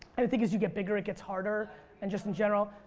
and think as you get bigger it gets harder and just in general.